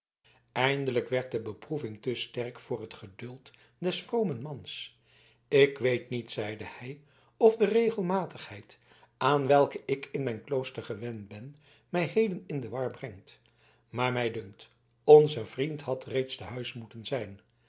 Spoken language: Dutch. eindelijk werd de beproeving te sterk voor het geduld des vromen mans ik weet niet zeide hij of de regelmatigheid aan welke ik in mijn klooster gewend ben mij heden in de war brengt maar mij dunkt onze vriend had reeds te huis moeten zijn